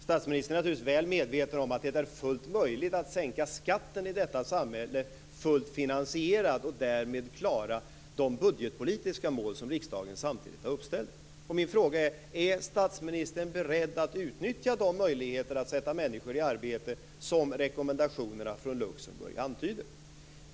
Statsministern är naturligtvis väl medveten om att det är fullt möjligt att i detta samhälle sänka skatten, fullt finansierat, och att därmed klara de budgetpolitiska mål som riksdagen samtidigt har satt upp. Min fråga är därför: Är statsministern beredd att utnyttja de möjligheter att sätta människor i arbete som rekommendationerna från Luxemburg antyder?